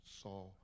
saw